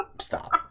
stop